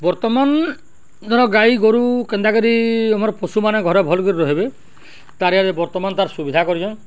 ବର୍ତ୍ତମାନ ଧର ଗାଈ ଗୋରୁ କେନ୍ତା କରି ଆମର ପଶୁମାନେ ଘରେ ଭଲ୍ କରି ରହିବେ ତା'ର ଇଆରେ ବର୍ତ୍ତମାନ ତା'ର ସୁବିଧା କରିଛନ୍